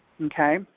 Okay